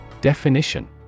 Definition